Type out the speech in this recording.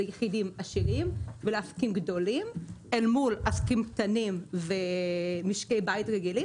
יחידים עשירים ולעסקים גדולים אל מול עסקים קטנים ומשקי בית רגילים,